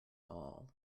all